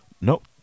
Nope